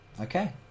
Okay